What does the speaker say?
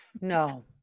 No